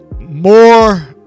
More